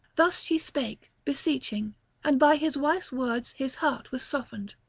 thus she spake, beseeching and by his wife's words his heart was softened,